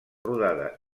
rodada